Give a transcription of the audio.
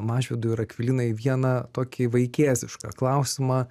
mažvydui ir akvilinai vieną tokį vaikėzišką klausimą